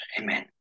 Amen